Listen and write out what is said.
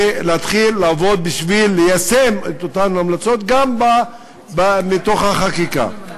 ולהתחיל לעבוד בשביל ליישם את אותן המלצות גם מתוך החקיקה.